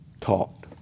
taught